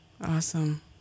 Awesome